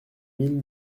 mille